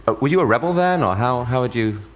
were you a rebel then, or how how would you.